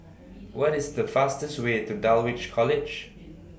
What IS The fastest Way to Dulwich College